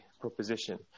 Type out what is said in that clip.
proposition